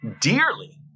dearly